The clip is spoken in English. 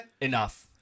Enough